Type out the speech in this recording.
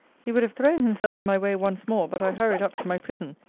he would have thrown himself in my way once more but i hurried up to my prison,